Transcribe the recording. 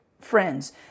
friends